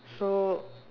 so